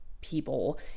people